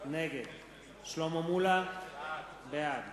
נגד שלמה מולה, בעד